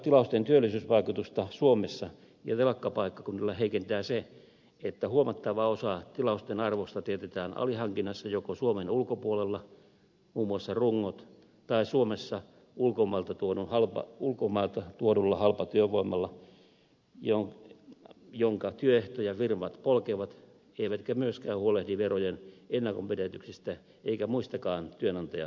tilausten työllisyysvaikutusta suomessa ja telakkapaikkakunnilla heikentää se että huomattava osa tilausten arvosta teetetään alihankinnassa joko suomen ulkopuolella muun muassa rungot tai suomessa ulkomailta tuodulla halpatyövoimalla jonka työehtoja firmat polkevat eivätkä myöskään huolehdi verojen ennakonpidätyksistä eikä muistakaan työnantajan velvoitteista